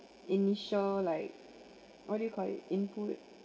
initial like what do you call it input